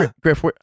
griff